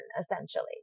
essentially